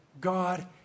God